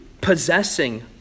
possessing